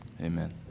Amen